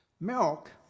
Milk